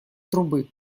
трубы